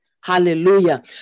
Hallelujah